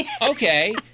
Okay